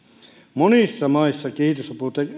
monissa maissa kehitysapu